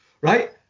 right